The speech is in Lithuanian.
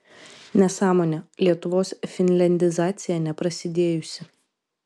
nesąmonė lietuvos finliandizacija neprasidėjusi